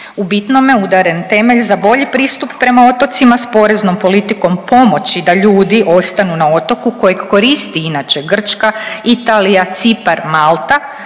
U bitnome udaren temelj za bolji pristup prema otocima s poreznom politikom pomoći da ljudi ostanu na otoku kojeg koristi inače Grčka, Italija, Cipar, Malta,